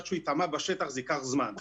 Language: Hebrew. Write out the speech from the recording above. עד שהוא ייטמע בשטח זה ייקח זמן.